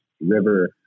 River